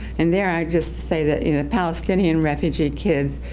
and there i just say that if a palestinian refugee kids,